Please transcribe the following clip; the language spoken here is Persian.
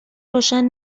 روشن